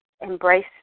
embrace